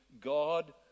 God